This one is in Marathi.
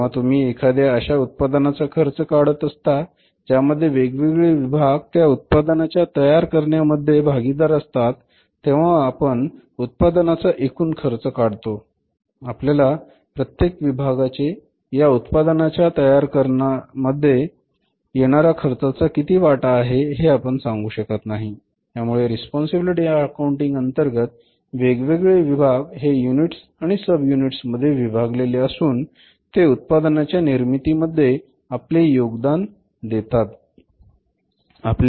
पण जेव्हा तुम्ही एखाद्या अशा उत्पादनाचा खर्च काढत असता ज्यामध्ये वेगवेगळे विभाग त्या उत्पादनाच्या तयार करण्या मध्ये भागीदार असतात तेव्हा आपण उत्पादनाचा एकूण खर्च काढतो आपल्याला प्रत्येक विभागाचे या उत्पादनाच्या तयार करण्यामध्ये येणारा खर्चाचा किती वाटा आहे हे आपण सांगू शकत नाही त्यामुळे रिस्पॉन्सिबिलिटी अकाउंटिंग अंतर्गत वेगवेगळे विभाग हे युनिट्स आणि सब युनिट्स मध्ये विभागलेले असून ते उत्पादनाच्या निर्मिती मध्ये आपले योगदान देतात